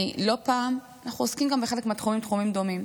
לא פעם אנחנו עוסקים גם בחלק מהתחומים בתחומים דומים,